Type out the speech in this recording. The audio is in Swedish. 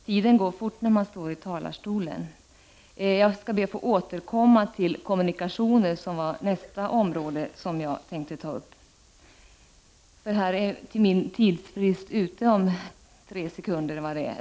Tiden går fort när man står i talarstolen, och jag skall be att få återkomma till kommunikationer, som är nästa område som jag hade tänkt ta upp. Min tidsfrist är ute om några sekunder.